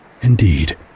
Indeed